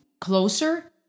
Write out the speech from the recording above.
closer